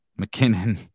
McKinnon